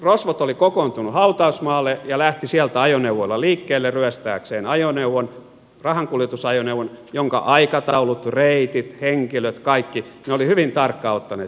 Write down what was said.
rosvot olivat kokoontuneet hautausmaalle ja lähtivät sieltä ajoneuvoilla liikkeelle ryöstääkseen ajoneuvon rahankuljetusajoneuvon jonka aikataulut reitit henkilöt kaikki he olivat hyvin tarkkaan ottaneet selville